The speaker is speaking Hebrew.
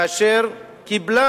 אשר קיבלה,